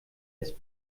ist